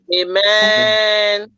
amen